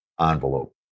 envelope